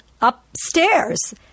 upstairs